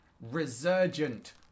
resurgent